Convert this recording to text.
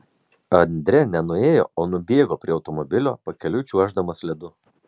andre ne nuėjo o nubėgo prie automobilio pakeliui čiuoždamas ledu